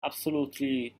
absolutely